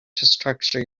structure